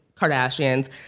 Kardashians